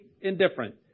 indifferent